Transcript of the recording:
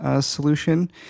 solution